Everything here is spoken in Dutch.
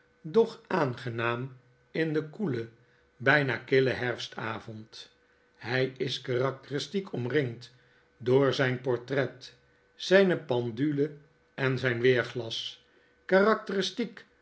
doch aangenaam in den koelen bijna killen herfstavond hij is karakteristiek omringd door zijn portret zijne pendule en zijn weerglas karakteristiek